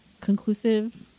conclusive